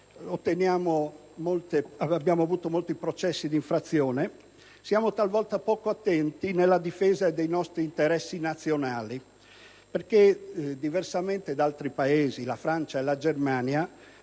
abbiamo ricevuto molte procedure di infrazione, siamo talvolta poco attenti alla difesa dei nostri interessi nazionali, diversamente da Paesi come la Francia e la Germania,